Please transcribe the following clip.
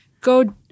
go